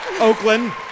Oakland